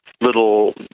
little